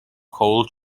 coal